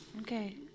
Okay